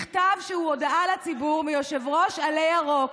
מכתב שהוא הודעה לציבור מיושב-ראש עלה ירוק,